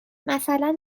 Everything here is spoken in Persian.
مثلا